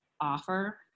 offer